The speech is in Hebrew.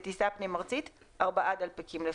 בטיסה פנים ארצית 4 דלפקים לפחות.